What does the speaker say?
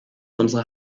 unsere